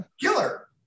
Killer